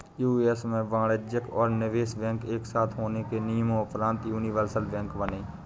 US में वाणिज्यिक और निवेश बैंक एक साथ होने के नियम़ोंपरान्त यूनिवर्सल बैंक बने